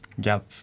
gap